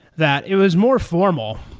that it was more formal.